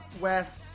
west